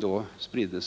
De prov